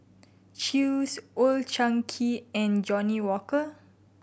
Chew's Old Chang Kee and Johnnie Walker